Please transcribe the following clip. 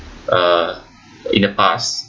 uh in the past